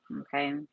okay